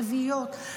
רביעיות,